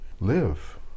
live